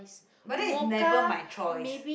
but that is never my choice